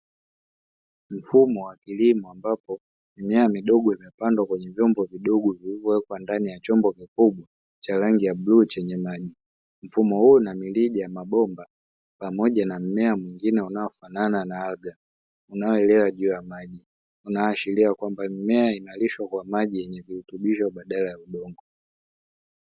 Mfumo wa kilimo, ambapo mimea midogo imepandwa kwenye vyombo vidogo vilivyowekwa ndani ya chombo kikubwa, cha rangi ya bluu chenye maji, mfumo huu unamirija ya mabomba pamoja na mmea mwingine unaofanana na argani, unaoelea juu ya maji, unaoashiria kwamba mimea inalishwa kwa maji yenye virutubisho badala ya udongo.